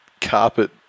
carpet